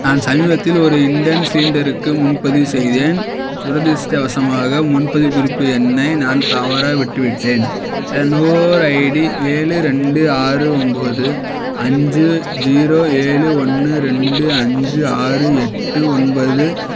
நான் சமீபத்தில் ஒரு இண்டேன் சிலிண்டருக்கு முன்பதிவு செய்தேன் துரதிர்ஷ்டவசமாக முன்பதிவு குறிப்பு எண்ணை நான் தவற விட்டுவிட்டேன் என் நுகர்வோர் ஐடி ஏழு ரெண்டு ஆறு ஒன்போது அஞ்சு ஜீரோ ஏழு ஒன்று ரெண்டு அஞ்சு ஆறு எட்டு ஒன்பது